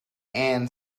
and